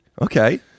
Okay